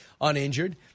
uninjured